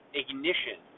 ignition